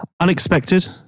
unexpected